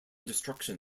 destruction